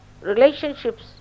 relationships